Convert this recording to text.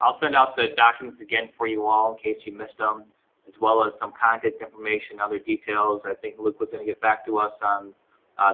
i'll send out the documents again for you all in case you missed em as well as some contact information, other details. i think luke was going to get back to us on